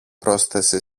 πρόσθεσε